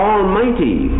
Almighty